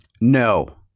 No